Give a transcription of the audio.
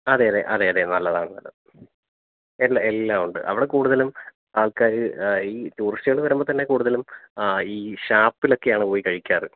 അതെയതെ അതെയതെ നല്ലതാണ് നല്ലതാണ് എല്ലാം എല്ലാമുണ്ട് അവിടെ കൂടുതലും ആൾക്കാർ ഈ ടൂറിസ്റ്റുകൾ വരുമ്പോൾത്തന്നെ കൂടുതലും ഈ ഷാപ്പിലൊക്കെയാണ് പോയി കഴിക്കാറ്